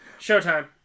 Showtime